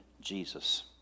Jesus